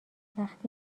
وقتی